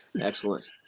Excellent